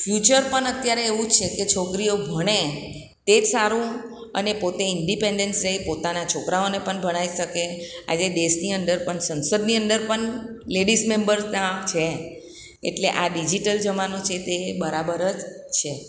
future પણ અત્યારે એવું છે કે છોકરીઓ ભણે તે જ સારું અને પોતે ઇન્ડિપેન્ડન્સ રહે પોતાનાં છોકરાઓને પણ ભણાવી શકે આજે દેશની અંદર પણ સંસદની અંદર પણ લેડિસ મેમ્બર ત્યાં છે એટલે આ ડિજિટલ જમાનો છે તે બરાબર જ છે